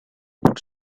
boats